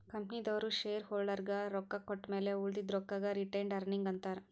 ಕಂಪನಿದವ್ರು ಶೇರ್ ಹೋಲ್ಡರ್ಗ ರೊಕ್ಕಾ ಕೊಟ್ಟಮ್ಯಾಲ ಉಳದಿದು ರೊಕ್ಕಾಗ ರಿಟೈನ್ಡ್ ಅರ್ನಿಂಗ್ ಅಂತಾರ